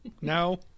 No